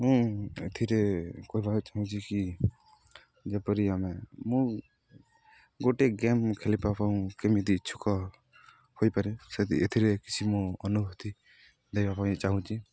ମୁଁ ଏଥିରେ କହିବାକୁ ଚାହୁଁଛି କି ଯେପରି ଆମେ ମୁଁ ଗୋଟେ ଗେମ୍ ଖେଳିବା ପାଇଁ କେମିତି ଇଛୁକ ହୋଇପାରେ ସେ ଏଥିରେ କିଛି ମୁଁ ଅନୁଭୂତି ଦେବା ପାଇଁ ଚାହୁଁଛି